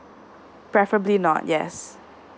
preferably not yes